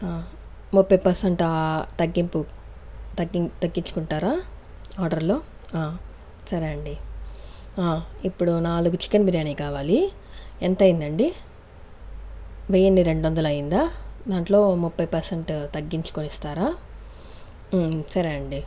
ముప్పై పర్సెంట్ ఆ తగ్గింపు తగ్గిం తగ్గించుకుంటారా ఆర్డర్ లో సరే అండి ఇప్పుడు నాలుగు చికెన్ బిర్యానీ కావాలి ఎంత అయిందండి వెయ్యిన్ని రెండొందలయిందా దాంట్లో ముప్పై పర్సెంట్ తగ్గించుకొని ఇస్తారా సరే అండి